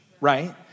right